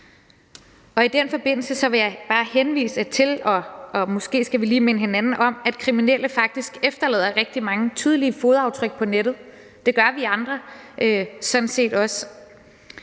I den forbindelse vil jeg bare henvise til, og måske skal vi lige minde hinanden om, at kriminelle faktisk efterlader rigtig mange tydelige fodaftryk på nettet. Det gør vi andre sådan set også.